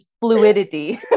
fluidity